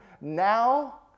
now